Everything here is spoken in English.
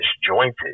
disjointed